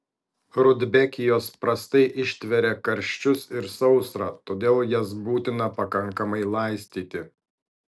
rudbekijos prastai ištveria karščius ir sausrą todėl jas būtina pakankamai laistyti